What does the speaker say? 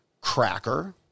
cracker